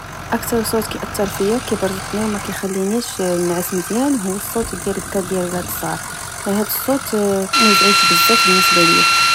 أكتر صوت كيأثر فيا وكبرزطني، ومكيخلنيش نعس مزيان، هو الصوت ديال البكا ديال الولاد الصغار، هاد الصوت مزعج بزاف بالنسبة ليا